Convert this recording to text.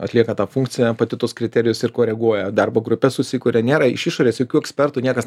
atlieka tą funkciją pati tuos kriterijus ir koreguoja darbo grupes susikuria nėra iš išorės jokių ekspertų niekas